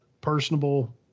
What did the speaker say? personable